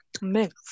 mix